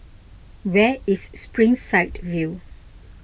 where is Springside View